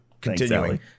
continuing